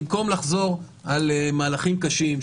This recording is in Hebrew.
במקום לחזור על מהלכים קשים,